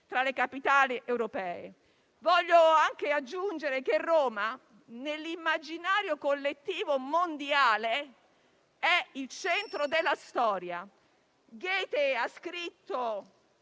tra le capitali europee. Voglio anche aggiungere che Roma nell'immaginario collettivo mondiale è il centro della storia. Goethe ha scritto: